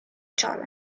czole